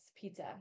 pizza